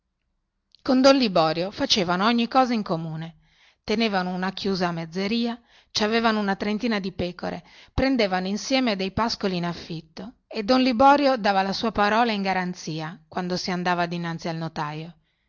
liborio don liborio era anche suo socio tenevano una chiusa a mezzeria ci avevano una trentina di pecore in comune prendevano insieme dei pascoli in affitto e don liborio dava la sua parola in garenzia quando si andava dinanzi al notaio